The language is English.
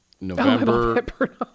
november